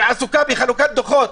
היא עסוקה בחלוקת דוחות